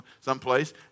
someplace